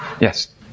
Yes